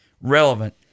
relevant